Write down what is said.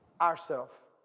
Ourself